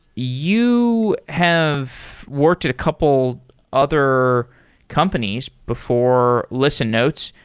you have worked at a couple other companies before listen notes.